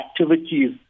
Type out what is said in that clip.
activities